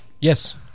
Yes